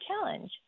challenge